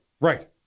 right